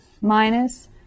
minus